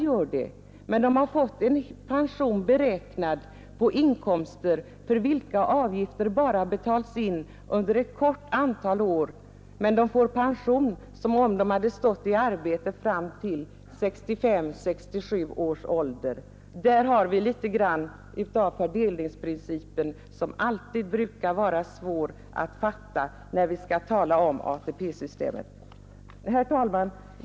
Ja, det gör det. Men trots att avgifter bara betalas in under ett litet antal år får de pension som om de arbetat fram till 65—67 års ålder. Där har vi litet av fördelningsprincipen, som alltid är svår att fatta när man talar om ATP-systemet. Herr talman!